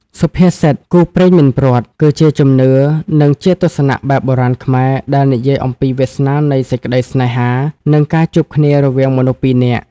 សុភាសិត «គូព្រេងមិនព្រាត់» គឺជាជំនឿ និងជាទស្សនៈបែបបុរាណខ្មែរ ដែលនិយាយអំពីវាសនានៃសេចក្ដីស្នេហា និងការជួបគ្នារវាងមនុស្សពីរនាក់។